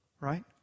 right